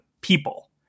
people